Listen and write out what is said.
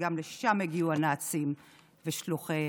שגם לשם הגיעו הנאצים ושלוחיהם.